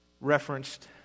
referenced